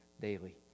daily